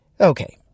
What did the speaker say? Okay